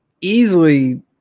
easily